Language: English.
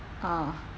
ah